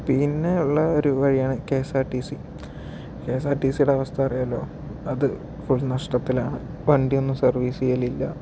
പിന്നെ ഉള്ള ഒരു വഴിയാണ് K S R T C K S R T സിയുടെ അവസ്ഥ അറിയാമല്ലോ അത് ഫുൾ നഷ്ടത്തിലാണ് വണ്ടി ഒന്നും സർവീസ് ചെയ്യലില്ല